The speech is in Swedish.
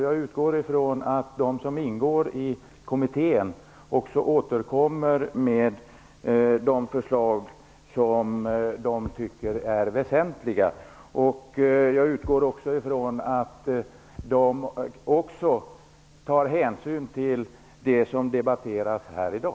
Jag utgår från att de som ingår i kommittén återkommer med de förslag som de tycker är väsentliga. Jag utgår också från att de tar hänsyn till det som debatteras här i dag.